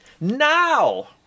Now